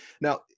now